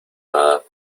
nada